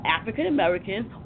African-Americans